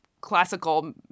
classical